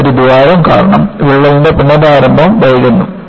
ഇവിടെ ഒരു ദ്വാരം കാരണം വിള്ളലിന്റെ പുനരാരംഭം വൈകുന്നു